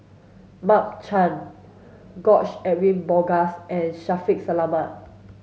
Mark Chan George Edwin Bogaars and Shaffiq Selamat